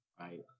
Right